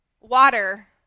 Water